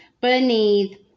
beneath